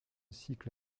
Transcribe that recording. cycle